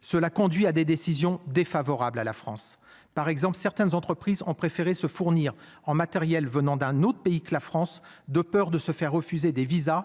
Cela conduit à des décisions défavorables à la France par exemple, certaines entreprises ont préféré se fournir en matériel venant d'un autre pays que la France, de peur de se faire refuser des visas